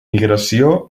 migració